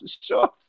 sure